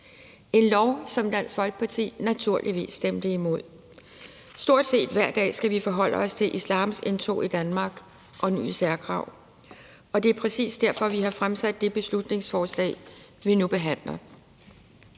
en lov, som Dansk Folkeparti naturligvis stemte imod. Stort set hver dag skal vi forholde os til islams indtog i Danmark og nye særkrav, og det er præcis derfor, vi har fremsat det beslutningsforslag, vi nu behandler.